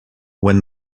when